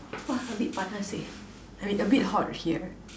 !wah! a bit panas seh I mean a bit hot here